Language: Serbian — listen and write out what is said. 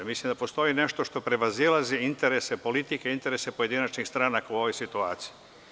Mislim da postoji nešto što prevazilazi interese politike, interese pojedinačnih stranaka u ovoj situaciji.